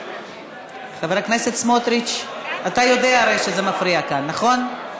חבר הכנסת סמוטריץ, אתה יודע שזה מפריע כאן, נכון?